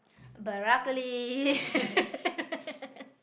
broccoli